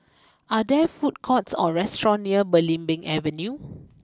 are there food court or restaurant near Belimbing Avenue